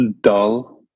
dull